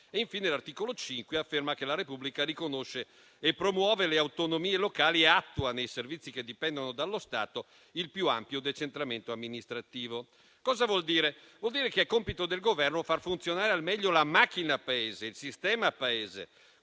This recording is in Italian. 5 della Costituzione afferma che la Repubblica riconosce e promuove le autonomie locali e attua, nei servizi che dipendono dallo Stato, il più ampio decentramento amministrativo. Questo vuol dire che è compito del Governo far funzionare al meglio la macchina Paese, il sistema Paese,